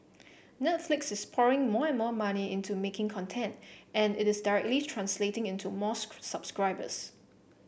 Netflix is pouring more and more money into making content and it is directly translating into more subscribers